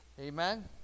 Amen